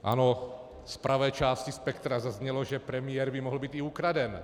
Ano, z pravé části spektra zaznělo, že premiér by mohl být i ukraden.